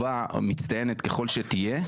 טובה ומצטיינת ככל שתהיה,